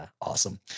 Awesome